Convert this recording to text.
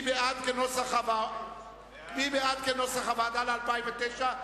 מי בעד כנוסח הוועדה ל-2009?